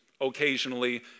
occasionally